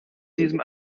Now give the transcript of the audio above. diesem